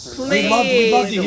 please